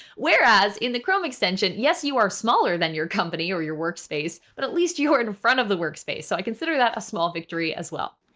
whereas in the chrome extension, yes, you are smaller than your company or your workspace, but at least you are in front of the workspace. so i consider that a small victory as well.